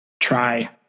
try